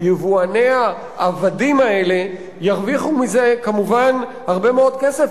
יבואני העבדים האלה ירוויחו מזה כמובן הרבה מאוד כסף,